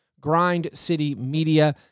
grindcitymedia